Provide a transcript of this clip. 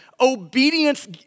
obedience